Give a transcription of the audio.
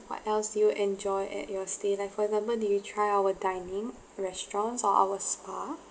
what else did you enjoy at your stay like for example did you try our dining restaurants or our spa